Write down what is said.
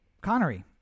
Connery